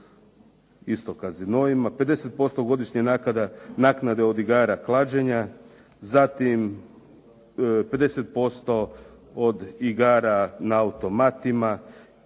isto casinima, 50% godišnja naknade od igara klađenja, zatim 50% od igara na automatima